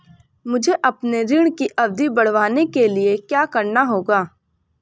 मुझे अपने ऋण की अवधि बढ़वाने के लिए क्या करना होगा?